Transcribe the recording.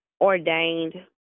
ordained